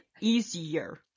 easier